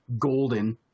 golden